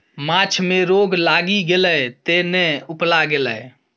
माछ मे रोग लागि गेलै तें ने उपला गेलै